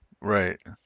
Right